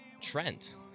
Trent